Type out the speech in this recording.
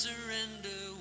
surrender